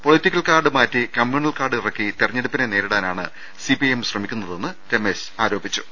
political card മാറ്റി communal കാർഡിറക്കി തെരഞ്ഞെടു പ്പിനെ നേരിടാനാണ് സിപിഐഎം ശ്രമിക്കുന്നതെന്നും രമേശ് ആരോപിച്ചു